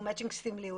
מצ'ינג סמלי,